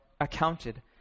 accounted